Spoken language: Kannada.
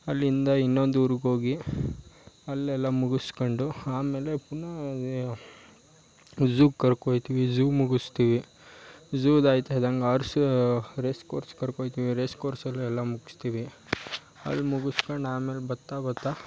ಅಲ್ಲಿಂದ ಇನ್ನೊಂದೂರಿಗೋಗಿ ಅಲ್ಲೆಲ್ಲ ಮುಗಿಸ್ಕೊಂಡು ಆಮೇಲೆ ಪುನಃ ಝೂ ಕರ್ಕೋಗ್ತೀವಿ ಝೂ ಮುಗಿಸ್ತೀವಿ ಝೂದು ಆಗ್ತಿದ್ದಂಗೆ ಆರ್ಸ್ ರೇಸ್ ಕೋರ್ಸ್ ಕರ್ಕೋಗ್ತೀವಿ ರೇಸ್ ಕೋರ್ಸಲೆಲ್ಲ ಮುಗಿಸ್ತೀವಿ ಅದು ಮುಗಿಸ್ಕೊಂಡು ಆಮೇಲೆ ಬತ್ತಾ ಬತ್ತಾ